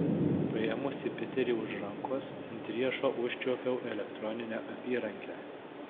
paėmusi piterį už rankos ant riešo užčiuopiau elektroninę apyrankę